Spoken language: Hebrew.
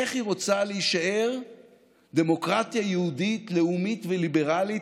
איך היא רוצה להישאר דמוקרטיה יהודית לאומית וליברלית,